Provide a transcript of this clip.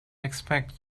expect